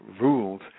rules